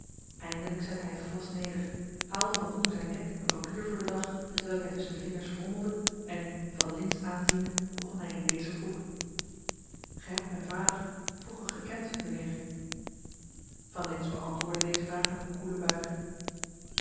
eindelijk zette hij het glas neder haalde van onder zijn dek een papier voor den dag hetwelk hij tusschen de vingers frommelde en van lintz aanziende begon hij in dezer voege gij hebt mijn vader vroeger gekend mijnheer van lintz beantwoordde deze vraag met een koele buiging